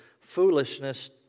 foolishness